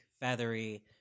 feathery